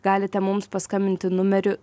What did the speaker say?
galite mums paskambinti numeriu